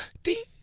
dee.